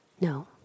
No